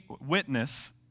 witness